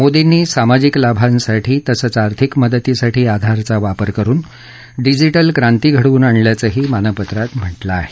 मोदींनी सामाजिक लाभांसाठी तसंच आर्थिक मदतीसाठी आधारचा वापर करुन डिजिटल क्रांती घडवून आणल्याचंही मानपत्रात म्हटलं आहे